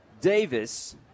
Davis